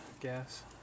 gas